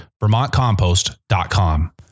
VermontCompost.com